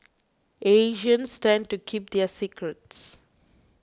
Asians tend to keep their secrets